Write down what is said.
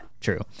true